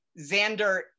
Xander